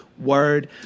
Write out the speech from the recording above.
Word